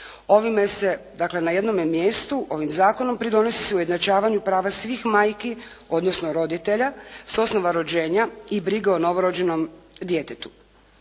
Ovime se, dakle na jednome mjestu ovim zakonom pridonosi se ujednačavanju prava svih majki, odnosno roditelja s osnova rođenja i brige o novorođenom djetetu.